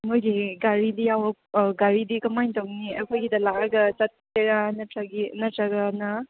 ꯅꯣꯏꯗꯤ ꯒꯥꯔꯤꯗꯤ ꯒꯥꯔꯤꯗꯤ ꯀꯃꯥꯏ ꯇꯧꯅꯤ ꯑꯩꯈꯣꯏꯒꯤꯗ ꯂꯥꯛꯑꯒ ꯆꯠꯀꯦꯔꯥ ꯅꯠꯇ꯭ꯔꯒꯅ